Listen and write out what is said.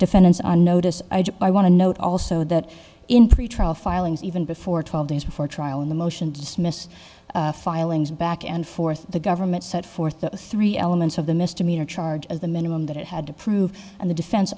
defendants on notice i want to note also that in pretrial filings even before twelve days before trial in the motion dismissed filings back and forth the government set forth those three elements of the misdemeanor charge as the minimum that it had to prove and the defen